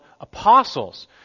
apostles